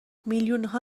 میلیونها